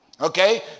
Okay